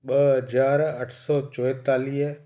ॿ हज़ार अठ सौ चोएतालीह